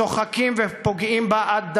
שוחקים ופוגעים בה עד דק.